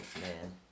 man